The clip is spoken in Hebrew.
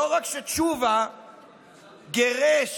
לא רק שתשובה גירש